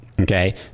okay